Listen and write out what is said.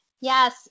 Yes